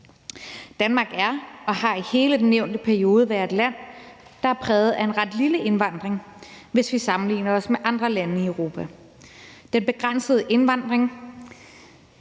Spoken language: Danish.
Danmark er og har i hele den nævnte periode været et land, der er præget af en ret lille indvandring, hvis vi sammenligner os med andre lande i Europa. Denne begrænsede indvandring